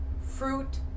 fruit